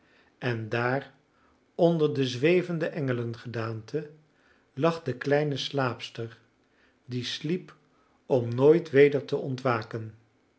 en daar onder de zwevende engelengedaante lag de kleine slaapster die sliep om nooit weder te ontwaken